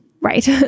Right